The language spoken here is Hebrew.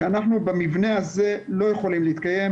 שאנחנו במבנה הזה לא יכולים להתקיים,